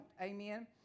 Amen